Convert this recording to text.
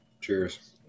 Cheers